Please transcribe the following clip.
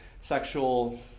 sexual